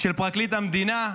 של פרקליט המדינה,